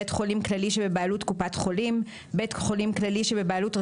בית חולים כללי שבבעלות קופת חולים,